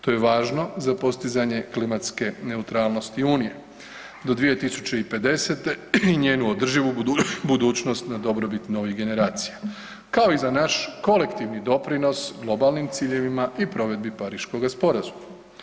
To je važno za postizanje klimatske neutralnosti unije, do 2050 i njenu održivu budućnost na dobrobit novih generacija kao i za naš kolektivni doprinos globalnim ciljevima i provedbi Pariškoga sporazuma.